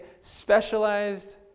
specialized